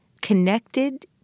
connected